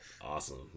awesome